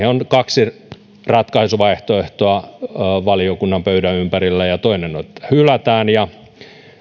on kaksi ratkaisuvaihtoehtoa valiokunnan pöydän ympärillä toinen on että hylätään ja